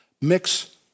mix